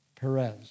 Perez